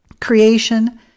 Creation